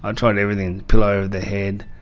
um tried everything the pillow, the head,